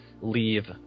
leave